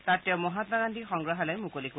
তাত তেওঁ মহামা গান্ধী সংগ্ৰাহালয় মুকলি কৰিব